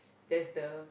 there's the